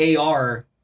AR